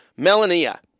Melania